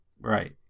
Right